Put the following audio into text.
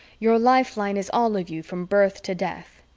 your lifeline is all of you from birth to death.